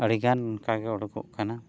ᱟᱹᱰᱤᱜᱟᱱ ᱚᱱᱠᱟᱜᱮ ᱩᱰᱩᱠᱚᱜ ᱠᱟᱱᱟ